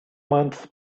months